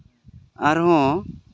ᱟᱨ ᱦᱚᱸ